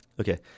Okay